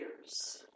years